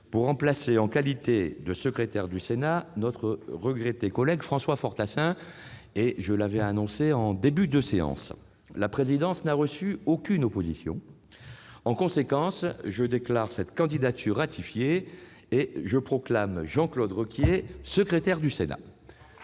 pour remplacer, en qualité de secrétaire du Sénat, notre regretté collègue François Fortassin. Le délai prévu par l'article 3 du règlement est expiré. La présidence n'a reçu aucune opposition. En conséquence, je déclare cette candidature ratifiée et je proclame M. Jean-Claude Requier secrétaire du Sénat.